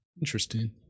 Interesting